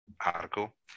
article